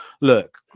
look